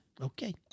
Okay